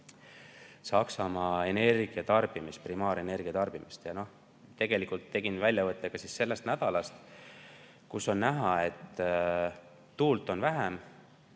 Saksamaa primaarenergia tarbimist. Ma tegin väljavõtte ka sellest nädalast, kus on näha, et tuult on olnud